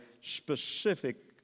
specific